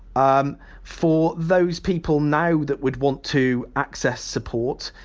um for those people now that would want to access support,